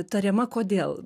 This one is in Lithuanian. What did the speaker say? tariama kodėl